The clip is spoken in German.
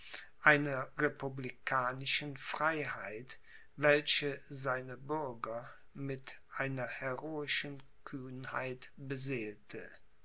einer republikanischen freiheit welche seine bürger mit einer heroischen kühnheit beseelte